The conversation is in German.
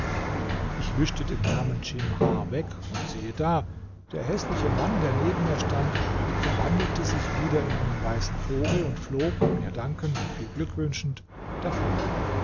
ich wischte den namen schimhar weg und siehe da der häßliche mann der neben mir stand verwandelte sich wieder in einen weißen vogel und flog mir dankend und viel glück wünschend davon